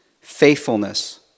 faithfulness